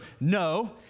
no